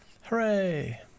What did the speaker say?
Hooray